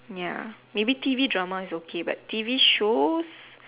ya maybe T_V drama is okay but T_V shows